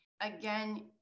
again